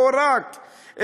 לא רק,